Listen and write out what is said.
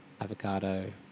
Avocado